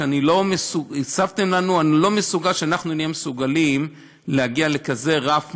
שאני לא חושב שאנחנו נהיה מסוגלים להגיע לכזה רף מוסרי.